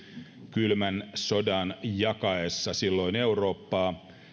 kylmän sodan jakaessa silloin eurooppaa